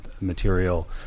material